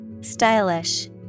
Stylish